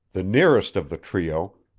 the nearest of the trio,